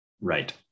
Right